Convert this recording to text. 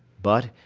but,